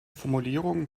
formulierungen